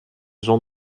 zon